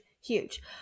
huge